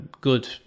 good